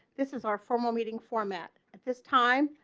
this is our formal meeting format at this time.